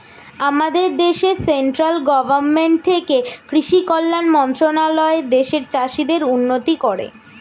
আমাদের দেশে central government থেকে কৃষি কল্যাণ মন্ত্রণালয় দেশের চাষীদের উন্নতি করে